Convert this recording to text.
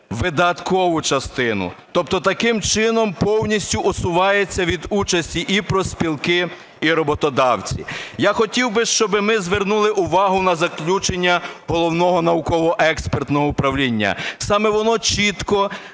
видаткову частину, тобто таким чином повністю усуваються від участі і профспілки, і роботодавці. Я хотів би, щоб ми звернули увагу на заключення Головного науково-експертного управління. Саме воно чітко